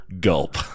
gulp